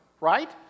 right